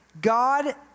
God